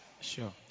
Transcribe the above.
Sure